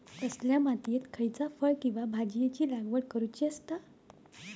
कसल्या मातीयेत खयच्या फळ किंवा भाजीयेंची लागवड करुची असता?